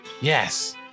Yes